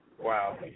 Wow